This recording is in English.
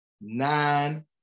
Nine